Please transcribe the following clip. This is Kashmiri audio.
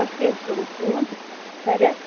تۄہہِ کیٛازِ کوٚروٕ فون خیرت